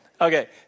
Okay